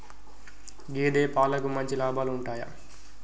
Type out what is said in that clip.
గేదే పాలకి మంచి లాభాలు ఉంటయా?